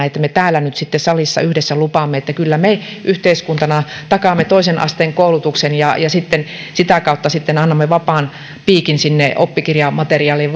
että me täällä nyt sitten salissa yhdessä lupaamme että kyllä me yhteiskuntana takaamme toisen asteen koulutuksen ja sitä kautta sitten annamme vapaan piikin sinne oppikirjamateriaalien